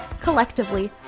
Collectively